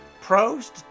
pros